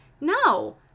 No